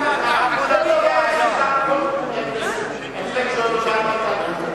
הממשלה תצווה עלי להצביע נגד?